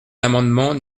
l’amendement